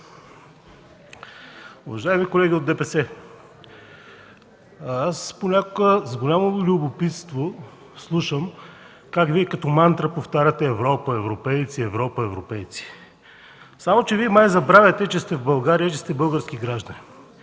Уважаеми колеги от ДПС, понякога с голямо любопитство слушам как като мантра повтаряте: Европа, европейци, Европа, европейци! Само че Вие май забравяте, че сте в България и че сте български граждани.